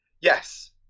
yes